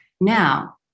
Now